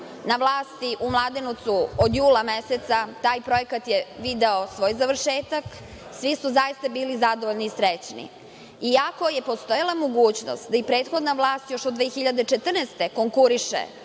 na vlasti u Mladenovcu od jula meseca, taj projekat je video svoj završetak. Svi su zaista bili zadovoljni i srećni. Iako je postojala mogućnost da i prethodna vlast još od 2014. godine